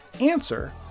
answer